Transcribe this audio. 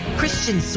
Christian